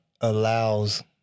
allows